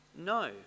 no